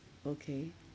okay